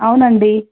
అవునండి